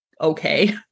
okay